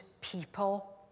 people